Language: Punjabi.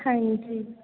ਹਾਂਜੀ